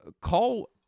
Call